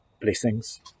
Blessings